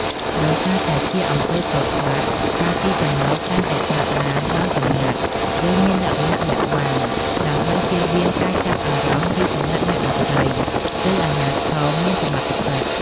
ដោយសារតែជាអំពើខុសច្បាប់ ការស៊ីសំណូកតែងតែកើតឡើងដោយសម្ងាត់ ឬមានលក្ខណៈលាក់បាំង ដើម្បីចៀសវាងការចាប់អារម្មណ៍ពីសំណាក់អ្នកដទៃ ឬអាជ្ញាធរមានសមត្ថកិច្ច។